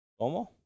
¿Cómo